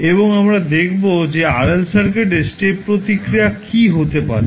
এবং আমরা দেখব যে RL সার্কিটের স্টেপ প্রতিক্রিয়া কী হতে পারে